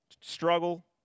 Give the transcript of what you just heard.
struggle